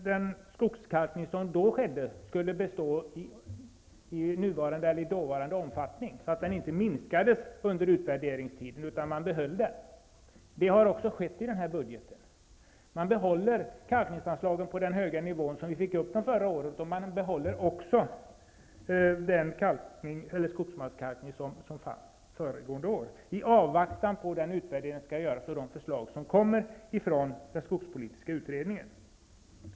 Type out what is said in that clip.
Den skogskalkning som då skedde skulle bestå i dåvarande omfattning och inte minskas under utvärderingstiden. Så har också skett i och med den här budgeten. Man behåller kalkningsanslagen på den höga nivå som vi lyckades åstadkomma förra året, och även den skogsmarkskalkning som fanns föregående år behålls i avvaktan på den utvärdering som skall göras och de förslag som kommer från den skogspolitiska utredningen.